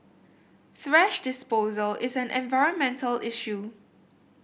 thrash disposal is an environmental issue